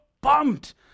pumped